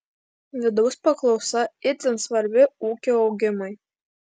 vidaus paklausa itin svarbi ūkio augimui